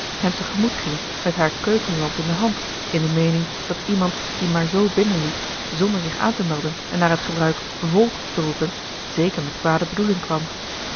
te gemoet ging met hare keukenlamp in de hand in de meening dat iemand die maar zoo binnenliep zonder zich aan te melden en naar het gebruik volk te roepen zeker met kwade bedoeling kwam